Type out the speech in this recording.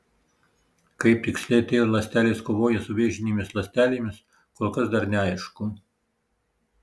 kaip tiksliai t ląstelės kovoja su vėžinėmis ląstelėmis kol kas dar neaišku